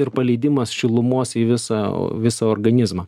ir paleidimas šilumos į visą visą organizmą